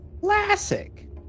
Classic